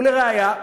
ולראיה,